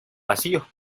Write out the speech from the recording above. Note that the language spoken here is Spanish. vacío